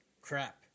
crap